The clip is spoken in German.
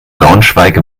braunschweig